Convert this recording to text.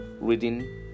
reading